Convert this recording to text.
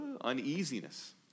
uneasiness